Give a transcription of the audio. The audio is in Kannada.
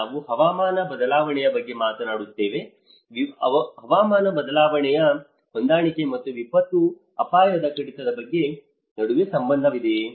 ನಾವು ಹವಾಮಾನ ಬದಲಾವಣೆಯ ಬಗ್ಗೆ ಮಾತನಾಡುತ್ತೇವೆ ಹವಾಮಾನ ಬದಲಾವಣೆಯ ಹೊಂದಾಣಿಕೆ ಮತ್ತು ವಿಪತ್ತು ಅಪಾಯದ ಕಡಿತದ ನಡುವೆ ಸಂಬಂಧವಿದೆಯೇ